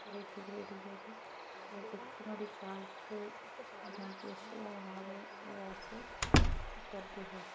करेटी करेटियै ते ओह् जेह्की नुहाड़ी कालख जां केश होना ते ओह् अस करदे हे